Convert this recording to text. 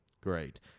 Great